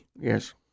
Yes